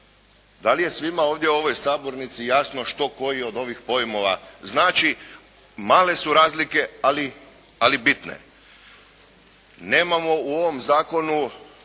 Da li je svima ovdje u ovoj sabornici jasno što koji od ovih pojmova znači, male su razlike ali bitne. Nemamo u ovom zakonu